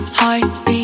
heartbeat